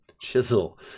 Chisel